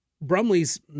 Brumley's